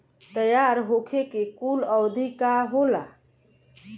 तैयार होखे के कूल अवधि का होला?